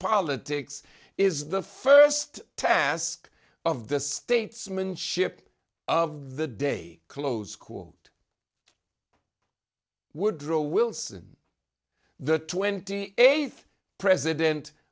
politics is the first task of the statesmanship of the day close school woodrow wilson the twenty eighth president